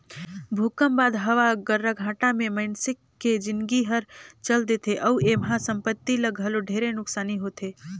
भूकंप बाद हवा गर्राघाटा मे मइनसे के जिनगी हर चल देथे अउ एम्हा संपति ल घलो ढेरे नुकसानी होथे